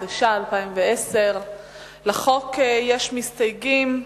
התש"ע 2010. לחוק יש מסתייגים,